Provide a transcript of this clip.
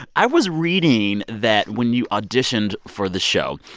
i was reading that when you auditioned for the show,